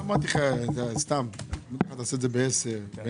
הישיבה ננעלה בשעה 09:46.